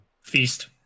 feast